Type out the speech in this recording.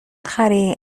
خری